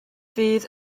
fydd